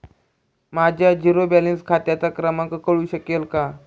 माझ्या zero balance खात्याचा क्रमांक कळू शकेल का?